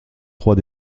trois